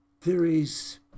theories